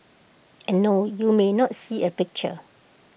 and no you may not see A picture